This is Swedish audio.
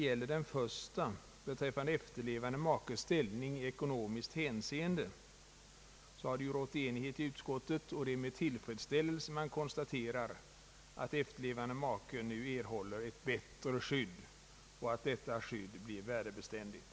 I den första som avser efterlevande makes ställning i ekonomiskt avseende har rått enighet inom utskottet. Det är med tillfredsställelse jag konstaterar att efterlevande make nu erhåller ett bättre skydd och att detta skydd blir värdebeständigt.